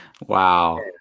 Wow